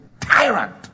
tyrant